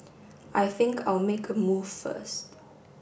I think I'll make a move first